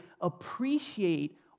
appreciate